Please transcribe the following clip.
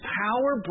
power